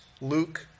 Luke